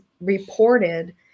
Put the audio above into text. reported